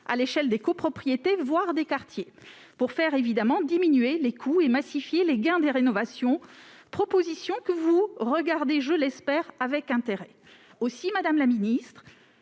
à l'échelle des copropriétés, voire des quartiers, afin de diminuer les coûts et de massifier les gains des rénovations- propositions que vous regardez, je l'espère, avec intérêt. Aussi, madame la ministre,